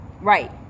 Right